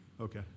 Okay